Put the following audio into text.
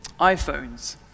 iPhones